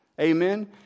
Amen